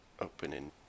opening